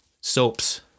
soaps